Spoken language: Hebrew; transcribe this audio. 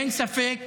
אין ספק